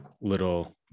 little